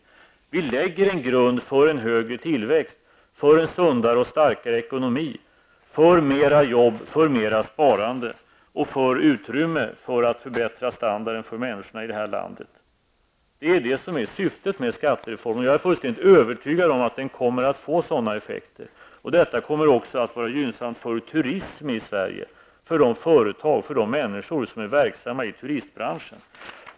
Men det läggs en grund för en högre tillväxt, för en sundare och starkare ekonomi, för mera arbetstillfällen, för mera sparande och för utrymme att förbättra standarden för människorna i det här landet. Det är syftet med skattereformen. Jag är fullständigt övertygad om att den kommer att få sådana effekter. Detta kommer också att vara gynnsamt för turismen för Sverige, för de företag och de människor som är verksamma inom turistbranchen.